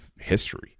history